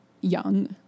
young